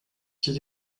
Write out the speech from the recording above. did